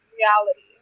reality